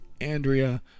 Andrea